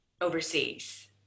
overseas